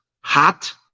hot